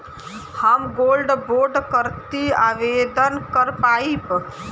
हम गोल्ड बोड करती आवेदन कर पाईब?